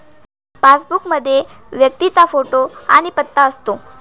passbook मध्ये व्यक्तीचा photo आणि पत्ता असतो